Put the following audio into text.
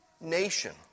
nation